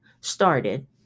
started